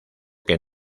que